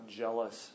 jealous